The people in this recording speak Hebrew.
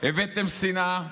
הבאתם שנאה,